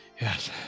Yes